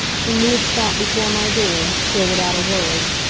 when we had stopped before my door, still without a word,